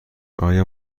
آیا